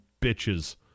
bitches